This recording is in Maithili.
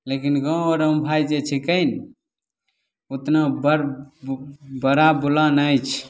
लेकिन गाँव आरमे भाइ जे छिकै ने ओतना बड़ बड़ाबोला नहि छै